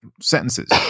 sentences